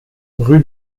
rue